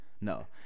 No